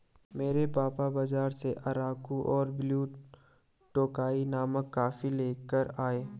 मेरे पापा बाजार से अराकु और ब्लू टोकाई नामक कॉफी लेकर आए